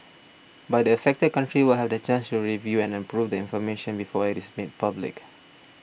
but the affected country will have the chance to review and approve the information before it is made public